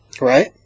Right